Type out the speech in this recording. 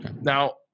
Now